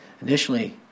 initially